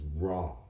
wrong